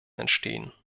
entstehen